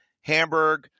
Hamburg